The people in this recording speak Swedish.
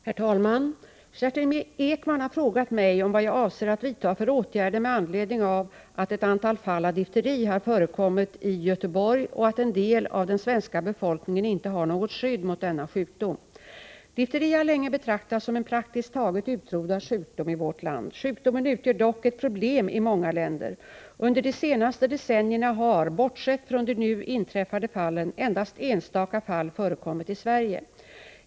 Herr talman! Kerstin Ekman har frågat mig om vad jag avser att vidtaga för åtgärder med anledning av att ett antal fall av difteri har förekommit i Göteborg och att en del av den svenska befolkningen inte har något skydd mot denna sjukdom. Difteri har länge betraktats som en praktiskt taget utrotad sjukdom i vårt land. Sjukdomen utgör dock ett problem i många länder. Under de senaste decennierna har — bortsett från de nu inträffade fallen — endast enstaka fall förekommit i Sverige.